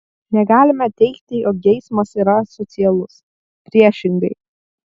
negalime teigti jog geismas yra asocialus priešingai